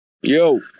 Yo